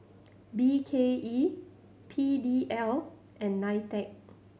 B K E P D L and NITEC